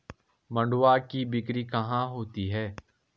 मंडुआ की बिक्री कहाँ होती है?